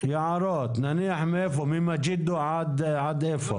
מאיפה עד איפה?